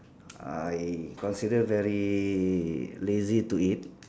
I consider very lazy to eat